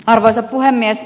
arvoisa puhemies